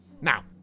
Now